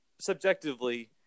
subjectively